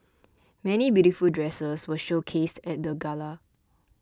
many beautiful dresses were showcased at the gala